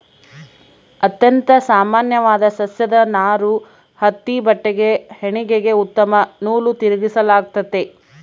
ಅತ್ಯಂತ ಸಾಮಾನ್ಯವಾದ ಸಸ್ಯದ ನಾರು ಹತ್ತಿ ಬಟ್ಟೆಗೆ ಹೆಣಿಗೆಗೆ ಉತ್ತಮ ನೂಲು ತಿರುಗಿಸಲಾಗ್ತತೆ